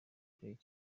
brig